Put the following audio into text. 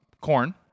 corn